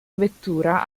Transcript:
vettura